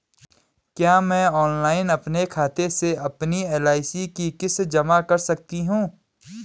क्या मैं ऑनलाइन अपने खाते से अपनी एल.आई.सी की किश्त जमा कर सकती हूँ?